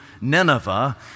Nineveh